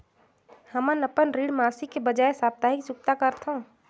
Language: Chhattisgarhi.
हमन अपन ऋण मासिक के बजाय साप्ताहिक चुकता करथों